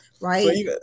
right